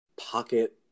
Pocket